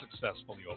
successfully